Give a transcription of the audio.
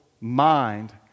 mind